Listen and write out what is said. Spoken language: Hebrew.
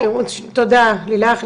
תודה לילך.